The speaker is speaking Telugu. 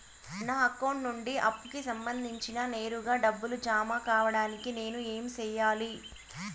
నా అకౌంట్ నుండి అప్పుకి సంబంధించి నేరుగా డబ్బులు జామ కావడానికి నేను ఏమి సెయ్యాలి?